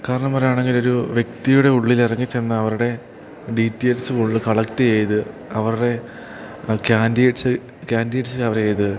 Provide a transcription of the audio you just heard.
കാരണം പറയുകയാണെങ്കിലൊരു വ്യക്തിയുടെ ഉള്ളിലിറങ്ങി ചെന്ന് അവരുടെ ഡീറ്റെയിൽസ് ഫുൾ കളക്ട് ചെയ്ത് അവരുടെ ക്യാൻഡിഡ്സ് ക്യാൻഡിഡ്സ് കവർ ചെയ്ത്